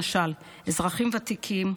למשל אזרחים ותיקים,